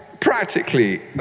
Practically